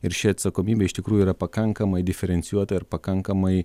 ir ši atsakomybė iš tikrųjų yra pakankamai diferencijuota ir pakankamai